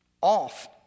off